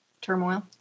turmoil